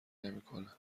نمیکنه